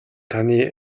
таны